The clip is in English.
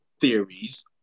theories